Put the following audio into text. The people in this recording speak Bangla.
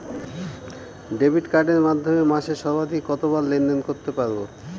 ডেবিট কার্ডের মাধ্যমে মাসে সর্বাধিক কতবার লেনদেন করতে পারবো?